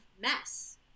mess